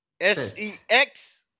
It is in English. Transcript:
s-e-x